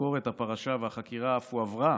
תחקור את הפרשה, והחקירה אף הועברה